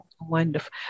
Wonderful